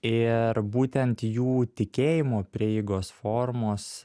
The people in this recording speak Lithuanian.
ir būtent jų tikėjimo prieigos formos